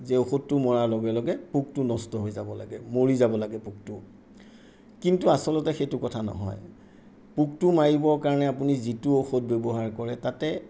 যে ঔষধটো মৰাৰ লগে লগে পোকটো নষ্ট হৈ যাব লাগে মৰি যাব লাগে পোকটো কিন্তু আচলতে সেইটো কথা নহয় পোকটো মাৰিবৰ কাৰণে আপুনি যিটো ঔষধ ব্যৱহাৰ কৰে তাতে